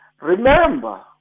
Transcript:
remember